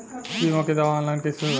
बीमा के दावा ऑनलाइन कैसे करेम?